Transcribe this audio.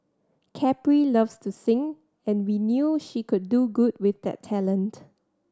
Capri loves to sing and we knew she could do good with that talent